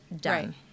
done